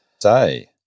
Say